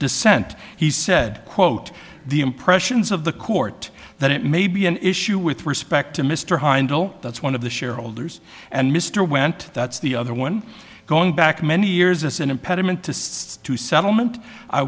dissent he said quote the impressions of the court that it may be an issue with respect to mr hinds that's one of the shareholders and mr went that's the other one going back many years as an impediment to to settlement i